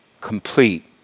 complete